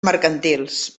mercantils